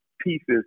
pieces